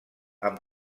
amb